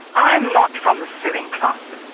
i am not from the suing classes.